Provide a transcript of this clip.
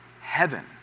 heaven